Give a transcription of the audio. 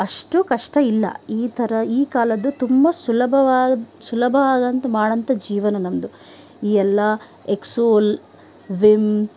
ಅಷ್ಟು ಕಷ್ಟ ಇಲ್ಲ ಈ ಥರ ಈ ಕಾಲದ್ದು ತುಂಬ ಸುಲಭವಾ ಸುಲಭ ಆಗೋಂಥ ಮಾಡೋಂಥ ಜೀವನ ನಮ್ಮದು ಈ ಎಲ್ಲ ಎಕ್ಸೋ ವಿಮ್